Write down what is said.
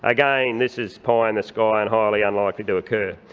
again, this is pie in the sky and highly unlikely to occur.